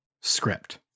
script